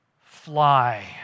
Fly